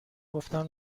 گفتم